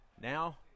now